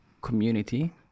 community